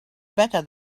better